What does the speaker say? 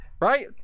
right